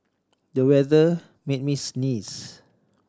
the weather made me sneeze